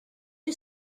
you